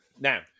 Now